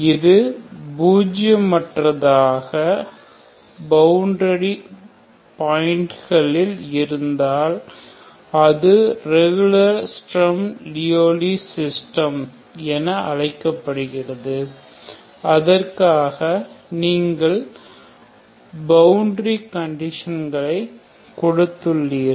இது பூஜியமாற்றதாக பவுண்டரி பாயிண்ட்களில் இருந்தால் அது ரெகுலர் ஸ்டெர்ம் லியோவ்லி சிஸ்டம் என அழைக்கப்படுகிறது அதற்காக நீங்கள் பவுண்டரி கண்டிஷன்களை கொடுத்துள்ளீர்கள்